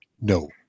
No